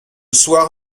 soir